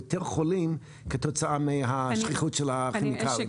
יותר חולים כתוצאה מהשכיחות של הכימיקלים.